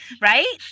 Right